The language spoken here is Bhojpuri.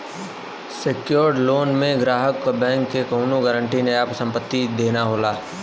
सेक्योर्ड लोन में ग्राहक क बैंक के कउनो गारंटी या संपत्ति देना होला